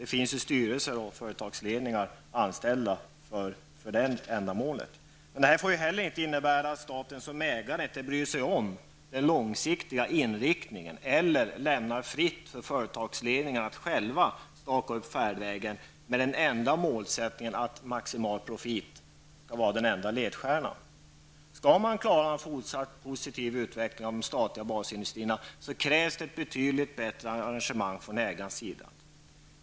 Det finns styrelser och företagsledningar för det ändamålet. Men det får inte heller innebära att staten som ägare inte bryr sig om den långsiktiga inriktningen eller lämnar fritt för företagsledningarna att själva staka ut färdvägen med den enda målsättningen att maximal profit skall vara ledstjärnan. Skall man klara en fortsatt positiv utveckling av de statliga basindustrierna krävs ett betydligt bättre engagemang från ägarens sida.